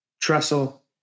Trestle